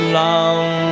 long